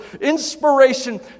inspiration